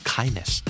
Kindness